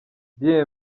bien